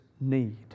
need